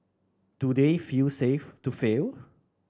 do they feel safe to fail